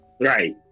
right